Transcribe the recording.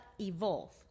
evolve